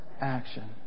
action